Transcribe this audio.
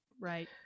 right